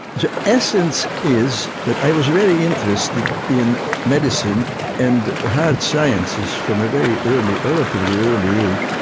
the essence is that i was very interested in medicine and hard sciences from a very early, relatively early, age,